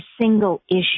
single-issue